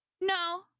no